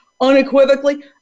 unequivocally